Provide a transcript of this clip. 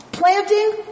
Planting